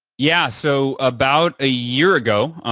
yeah. so, about a year ago,